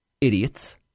Idiots